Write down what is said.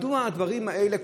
מדוע כל פעם הדברים האלה,